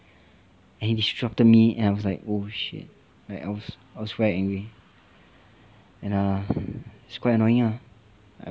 and he disrupted me and I was like oh shit I was I was very angry and err it's quite annoying lah